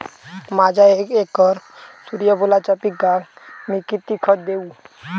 माझ्या एक एकर सूर्यफुलाच्या पिकाक मी किती खत देवू?